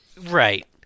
right